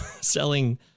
selling